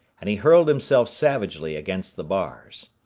and he hurled himself savagely against the bars.